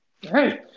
Hey